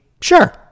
Sure